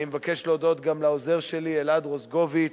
אני מבקש להודות גם לעוזר שלי, אלעד רוזגוביץ,